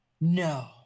No